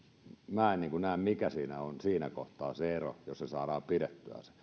minä en näe mikä siinä on siinä kohtaa se ero jos se saadaan pidettyä nyt